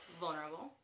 vulnerable